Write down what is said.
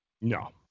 No